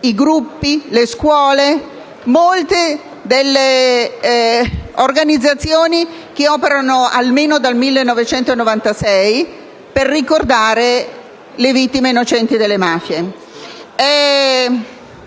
dai gruppi, dalle scuole e da molte delle organizzazioni che operano almeno dal 1996, per ricordare le vittime innocenti delle mafie.